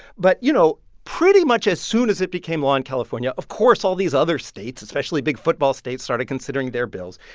but, you know, pretty much as soon as it became law in california, of course, all these other states, especially big football states, started considering their bills.